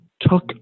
took